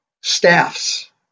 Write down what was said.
staffs